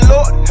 Lord